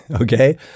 okay